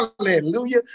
Hallelujah